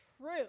true